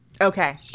Okay